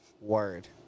Word